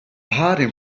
hiding